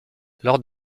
lors